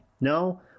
No